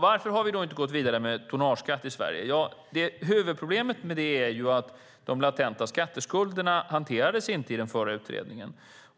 Varför har vi då inte gått vidare med tonnageskatt i Sverige? Ja, huvudproblemet med det är att de latenta skatteskulderna inte hanterades i förra utredningen.